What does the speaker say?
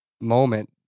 moment